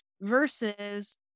versus